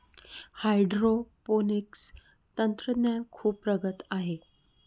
hydroponics तंत्रज्ञान खूप प्रगत आहे